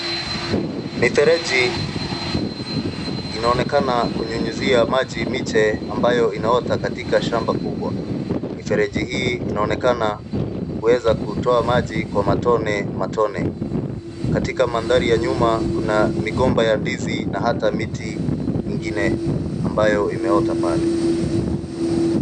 Mifereji inaonekana kunyunyizia maji miche ambayo inaota katika shamba kubwa. Mifereji hii inaonekana kuweza kutoa maji kwa matone matone. Katika mandhari ya nyuma kuna migomba ya ndizi na hata miti ingine ambayo imeota pale.